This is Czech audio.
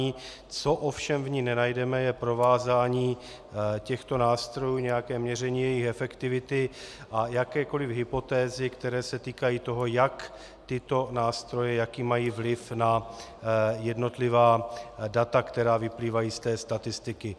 Co ovšem v ní nenajdeme, je provázání těchto nástrojů, nějaké měření jejich efektivity a jakékoliv hypotézy, které se týkají toho, jak tyto nástroje jaký mají vliv na jednotlivá data, která vyplývají z té statistiky.